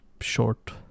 short